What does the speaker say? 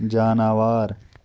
جاناوار